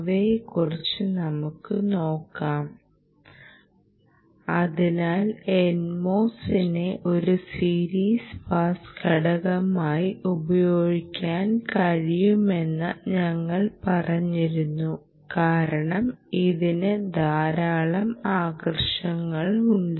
അവയെക്കുറിച്ച് നമുക്ക് നോക്കാം അതിനാൽ NMOSസിനെ ഒരു സീരീസ് പാസ് ഘടകമായി ഉപയോഗിക്കാൻ കഴിയുമെന്നു ഞങ്ങൾ പറഞ്ഞിരുന്നു കാരണം ഇതിന് ധാരാളം ആകർഷണങ്ങളുണ്ട്